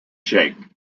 sheikh